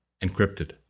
Encrypted